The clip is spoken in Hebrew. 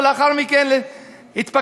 ולאחר מכן התפכחתי,